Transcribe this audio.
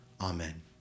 Amen